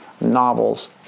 novels